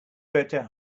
better